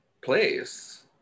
place